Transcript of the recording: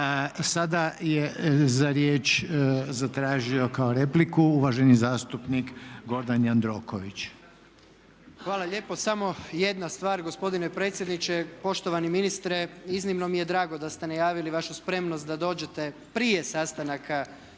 sada je riječ zatražio kao repliku uvaženi zastupnik Gordan Jandroković. **Jandroković, Gordan (HDZ)** Hvala lijepo. Samo jedna stvar gospodine predsjedniče, poštovani ministre iznimno mi je drago da ste najavili vašu spremnost da dođete prije sastanaka